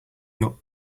not